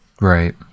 Right